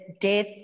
death